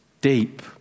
deep